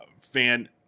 fan